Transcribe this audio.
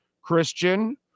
Christian